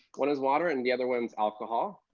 one is water, and the other one's alcohol,